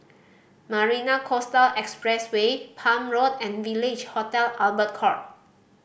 Marina Coastal Expressway Palm Road and Village Hotel Albert Court